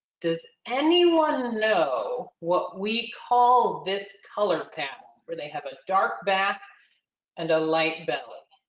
does anyone know what we call this color pattern where they have a dark back and a light belly?